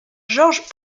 george